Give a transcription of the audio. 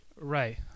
Right